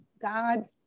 God